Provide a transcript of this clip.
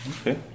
Okay